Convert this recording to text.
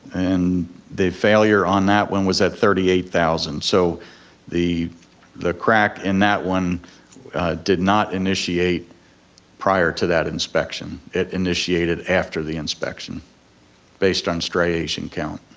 and the failure on that one was at thirty eight thousand, so the the crack in that one did not initiate prior to that inspection, it initiated after the inspection based on striation count.